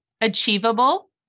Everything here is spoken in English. achievable